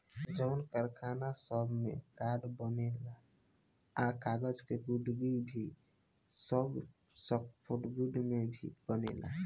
जवन कारखाना सब में कार्ड बनेला आ कागज़ के गुदगी भी सब सॉफ्टवुड से ही बनेला